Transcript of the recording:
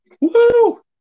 Woo